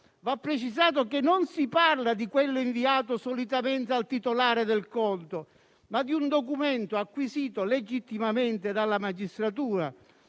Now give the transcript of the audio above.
va precisato che non si parla di quello inviato solitamente al titolare del conto, ma di un documento acquisito legittimamente dalla magistratura,